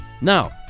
Now